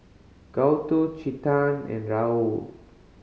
Gouthu Chetan and Rahul